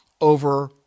over